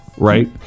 Right